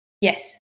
Yes